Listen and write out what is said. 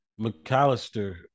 McAllister